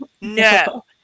no